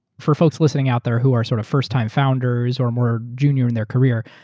for folks listening out there who are sort of first time founders or more junior in their career,